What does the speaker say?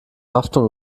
haftung